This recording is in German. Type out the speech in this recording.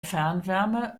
fernwärme